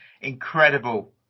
incredible